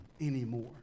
anymore